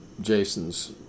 Jason's